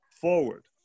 forward